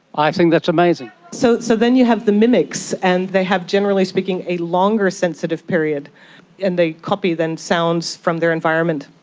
i think that's amazing. so so then you have the mimics and they have generally speaking a longer sensitive period and they copy then sounds from their environment.